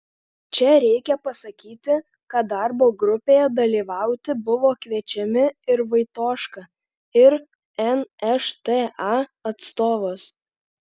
čia reikia pasakyti kad darbo grupėje dalyvauti buvo kviečiami ir vaitoška ir nšta atstovas